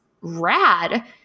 rad